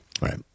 Right